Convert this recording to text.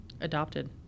adopted